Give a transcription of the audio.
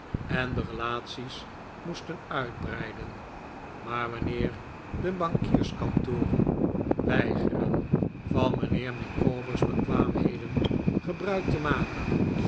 en de relaties moesten uitbreiden maar wanneer de bankierskantoren weigeren van mijnheer micawber's bekwaamheden gebruik te maken